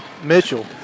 Mitchell